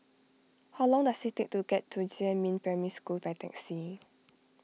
how long does it take to get to Jiemin Primary School by taxi